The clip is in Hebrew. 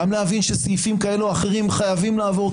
גם להבין שסעיפים כאלה או אחרים חייבים לעבור,